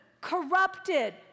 corrupted